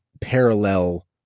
parallel